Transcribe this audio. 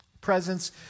presence